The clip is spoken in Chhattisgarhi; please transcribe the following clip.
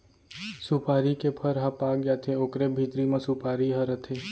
सुपारी के फर ह पाक जाथे ओकरे भीतरी म सुपारी ह रथे